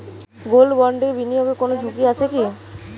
Gold বন্ডে বিনিয়োগে কোন ঝুঁকি আছে কি?